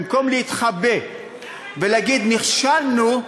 במקום להתחבא ולהגיד: נכשלנו,